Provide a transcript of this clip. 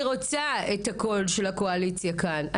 אני רוצה את הקול של הקואליציה כאן.